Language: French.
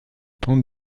pentes